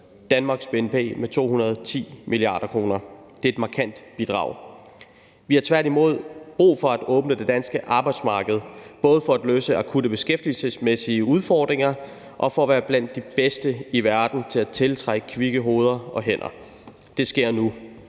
Danmarks bnp med 210 mia. kr. Det er et markant bidrag. Vi har tværtimod brug for at åbne det danske arbejdsmarked, både for at løse akutte beskæftigelsesmæssige udfordringer og for at være blandt de bedste i verden til at tiltrække kvikke hoveder og hænder. Det sker nu.